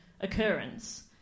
occurrence